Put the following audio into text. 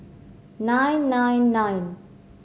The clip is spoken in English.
nine nine nine